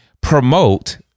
promote